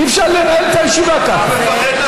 אי-אפשר לנהל את הישיבה ככה.